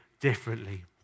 differently